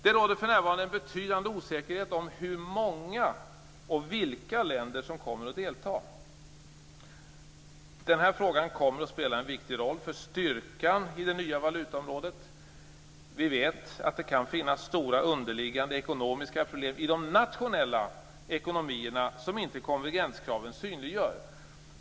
Det råder för närvarande en betydande osäkerhet om hur många och vilka länder som kommer att delta. Den här frågan kommer att spela en viktig roll för styrkan i det nya valutaområdet. Vi vet att det kan finnas stora underliggande ekonomiska problem i de nationella ekonomierna, som inte konvergenskraven synliggör.